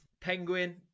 penguin